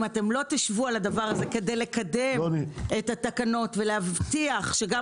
אם לא תשבו על זה כדי לקדם את התקנות ולהבטיח שגם